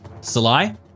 Salai